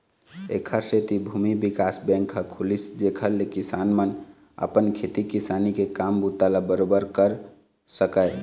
ऐखर सेती भूमि बिकास बेंक ह खुलिस जेखर ले किसान मन अपन खेती किसानी के काम बूता ल बरोबर कर सकय